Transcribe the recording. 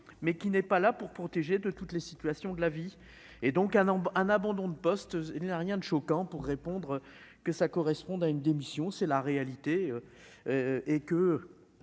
mais qui n'est pas là pour protéger de toutes les situations de la vie et donc à un abandon de poste, il n'a rien de choquant pour répondre que ça corresponde à une démission, c'est la réalité et que